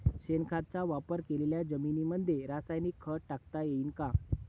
शेणखताचा वापर केलेल्या जमीनीमंदी रासायनिक खत टाकता येईन का?